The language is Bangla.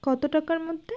কত টাকার মধ্যে